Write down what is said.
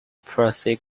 priscilla